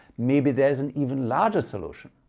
maybe there's an even larger solution?